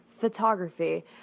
Photography